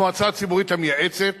המועצה הציבורית המייעצת